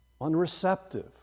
unreceptive